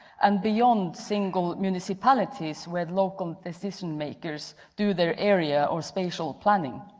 and beyond single municipalities where local decision-makers do their area or spatial planning.